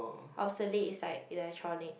obsolete is like electronic